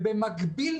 במקביל,